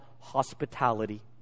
hospitality